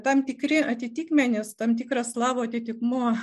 tam tikri atitikmenys tam tikras slavų atitikmuo